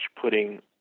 putting